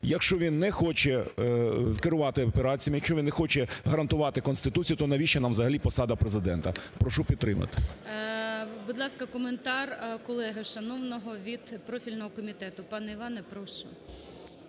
якщо він не хоче керувати операціями, якщо він не хоче гарантувати Конституцію, то навіщо нам взагалі посада Президента? Прошу підтримати. ГОЛОВУЮЧИЙ. Будь ласка, коментар колеги шановного від профільного комітету. Пане Іване, прошу.